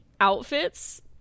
outfits